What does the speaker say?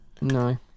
No